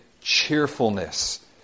cheerfulness